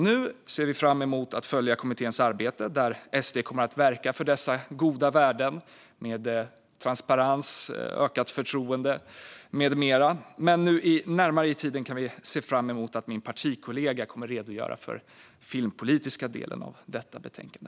Nu ser vi fram emot att följa kommitténs arbete, där Sverigedemokraterna kommer att verka för dessa goda värden med transparens, ökat förtroende med mera. Närmare i tid kan vi se fram emot att min partikollega kommer att redogöra för den filmpolitiska delen av detta betänkande.